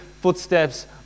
footsteps